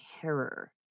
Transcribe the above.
terror